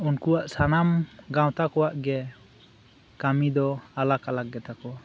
ᱩᱱᱠᱩᱣᱟᱜ ᱥᱟᱱᱟᱢ ᱜᱟᱶᱛᱟ ᱠᱩᱣᱟᱜ ᱜᱮ ᱠᱟᱹᱢᱤᱫᱚ ᱟᱞᱟᱜ ᱟᱞᱟᱜ ᱜᱮᱛᱟ ᱠᱚᱣᱟ